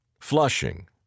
Flushing